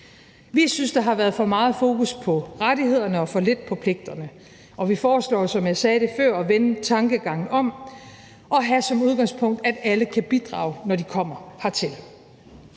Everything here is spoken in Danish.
Vi synes, der har været for meget fokus på rettighederne og for lidt på pligterne. Og vi foreslår, som jeg sagde det før, at vende tankegangen om og have som udgangspunkt, at alle kan bidrage, når de kommer hertil.